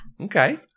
Okay